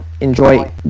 enjoy